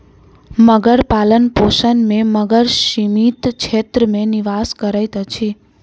मगर पालनपोषण में मगर सीमित क्षेत्र में निवास करैत अछि